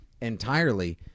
entirely